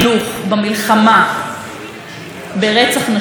אנחנו במידה רבה באיזשהו מובן נותנים לזה יד.